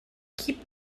keep